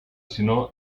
sinó